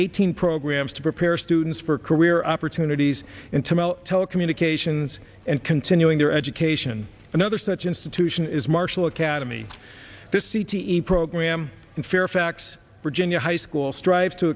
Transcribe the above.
eighteen programs to prepare students for career opportunities in tamil telecommunications and continuing their education and other such institution is marshall academy this c t e program in fairfax virginia high school strives to